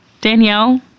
Danielle